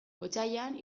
otsailean